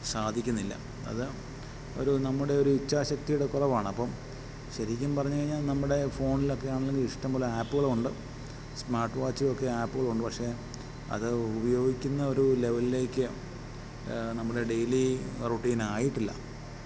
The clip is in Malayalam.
സാധിക്കുന്നില്ല അത് ഒരു നമ്മുടെ ഒരു ഇച്ഛാശക്തിയുടെ കുറവാണ് അപ്പം ശരിക്കും പറഞ്ഞുകഴിഞ്ഞാൽ നമ്മുടെ ഫോൺലക്കെ ആണെങ്കിൽ ഇഷ്ടംപോലെ ആപ്പ്കളും ഉണ്ട് സ്മാർട്ട്വാച്ച്കൾക്ക് ആപ്പ്കളുണ്ട് പക്ഷെ അത് ഉപയോഗിക്കുന്ന ഒരു ലെവൽലേക്ക് നമ്മുടെ ഡെയിലി റുട്ടീൻ ആയിട്ടില്ല